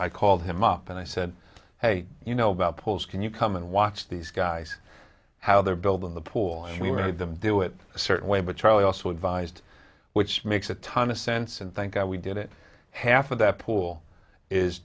i called him up and i said hey you know about poles can you come and watch these guys how they're building the pool and we made them do it a certain way but charlie also advised which makes a ton of sense and thank god we did it half of that pool is